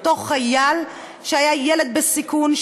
אותו חייל שהיה ילד בסיכון,